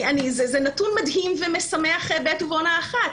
זה נתון מדהים ומשמח בעת ובעונה אחת.